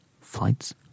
Flights